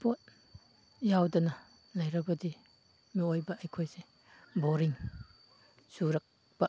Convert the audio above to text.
sport ꯌꯥꯎꯗꯅ ꯂꯩꯔꯕꯗꯤ ꯃꯤꯑꯣꯏꯕ ꯑꯩꯈꯣꯏꯁꯦ ꯕꯣꯔꯤꯡ ꯆꯨꯔꯛꯄ